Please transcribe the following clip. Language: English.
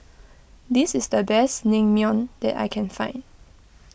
this is the best Naengmyeon that I can find